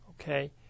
okay